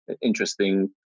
interesting